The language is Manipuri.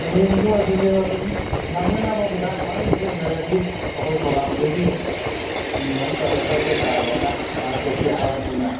ꯍꯌꯦꯡꯗꯣ ꯑꯗꯨꯅꯦꯕ ꯑꯗꯨꯝ ꯅꯪꯅꯕ ꯄꯨꯡꯈꯥꯏ ꯑꯃ ꯋꯥꯠꯂꯤꯉꯩꯗ ꯎꯅꯔꯁꯤ ꯑꯩꯈꯣꯏ ꯄ꯭ꯔꯣꯒ꯭ꯔꯥꯝꯗꯨꯒꯤ ꯑꯗꯨꯃꯥꯏ ꯇꯧꯔꯒ ꯆꯠꯇꯥꯔꯦꯅꯥ ꯉꯥꯏꯍꯥꯛ ꯆꯠꯁꯤ ꯍꯥꯏꯔꯕꯅꯤꯅ